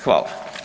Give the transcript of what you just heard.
Hvala.